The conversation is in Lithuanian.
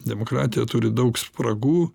demokratija turi daug spragų